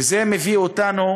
וזה מביא אותנו